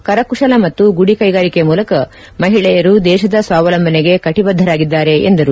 ಕರಕುಶಲ ಮತ್ತು ಗುದಿ ಕೈಗಾರಿಕೆ ಮೂಲಕ ಮಹಿಳೆಯರು ದೇಶದ ಸ್ವಾವಲಂಬನೆಗೆ ಕಟಿ ಬದ್ದರಾಗಿದ್ದಾರೆ ಎಂದರು